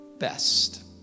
best